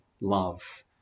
love